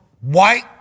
white